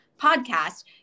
podcast